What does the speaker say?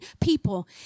people